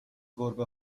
گربه